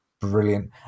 Brilliant